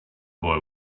boy